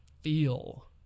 feel